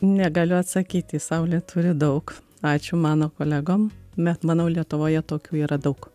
negaliu atsakyti saulė turi daug ačiū mano kolegom bet manau lietuvoje tokių yra daug